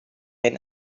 and